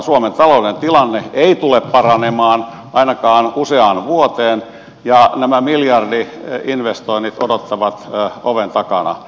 suomen taloudellinen tilanne ei tule paranemaan ainakaan useaan vuoteen ja nämä miljardi investoinnit odottavat oven takana